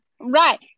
Right